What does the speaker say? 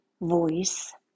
voice